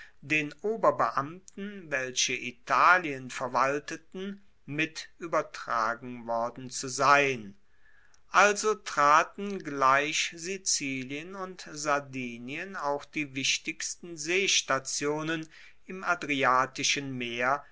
den oberbeamten welche italien verwalteten mit uebertragen worden zu sein also traten gleich sizilien und sardinien auch die wichtigsten seestationen im adriatischen meer